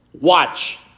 Watch